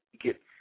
get